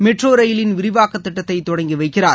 metro ரயிலின் விரிவாக திட்டத்தை தொடங்கி வைக்கிறார்